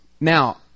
Now